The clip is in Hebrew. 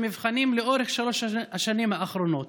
המבחנים לאורך שלוש השנים האחרונות.